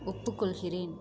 ஒப்புக் கொள்கிறேன்